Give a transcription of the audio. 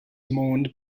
mourned